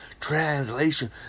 Translation